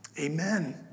Amen